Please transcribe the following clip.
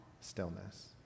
stillness